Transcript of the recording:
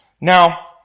Now